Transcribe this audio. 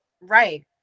right